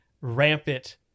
rampant